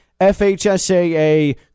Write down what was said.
FHSAA